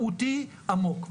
משמעותי, עמוק.